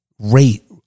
rate